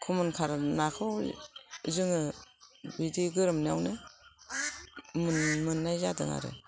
खमन काट नाखौ जोङो बिदि गोरोमनायावनो मोननाय जादों आरो